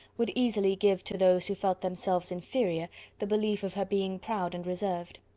would easily give to those who felt themselves inferior the belief of her being proud and reserved.